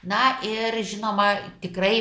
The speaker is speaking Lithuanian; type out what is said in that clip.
na ir žinoma tikrai